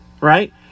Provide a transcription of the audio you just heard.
right